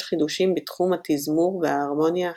חידושים בתחום התזמור וההרמוניה האטונאלית.